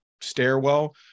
stairwell